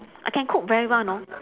I can cook very well you know